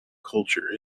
culture